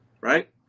Right